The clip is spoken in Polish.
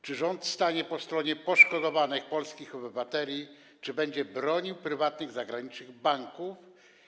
Czy rząd stanie po stronie poszkodowanych polskich obywateli, czy będzie bronił prywatnych zagranicznych banków?